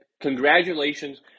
Congratulations